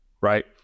Right